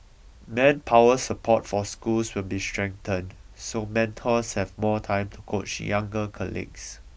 manpower support for schools will be strengthened so mentors have more time to coach younger colleagues